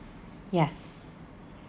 yes